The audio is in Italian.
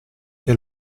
che